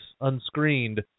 unscreened